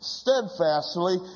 steadfastly